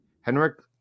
Henrik